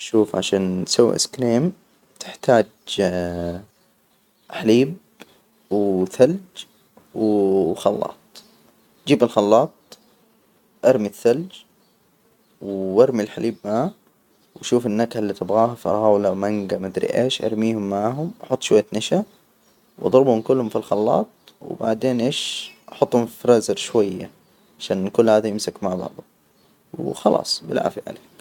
شوف عشان تسوي آيس كريم تحتاج حليب و ثلج و خلاط، جيب الخلاط أرمي الثلج، وأرمي الحليب معاه. وشوف النكهة اللي تبغاها فراولة ومانجا، ما أدري إيش ارميهم معاهم، حط شوية نشا وأضربهم كلهم في الخلاط. وبعدين إيش حطهم فى الفريزر شوية، عشان كل هذا يمسك مع بعضه وخلاص. بالعافية عليك.